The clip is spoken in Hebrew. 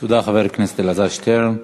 תודה, חבר הכנסת אלעזר שטרן.